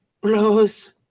blows